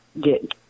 get